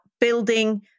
building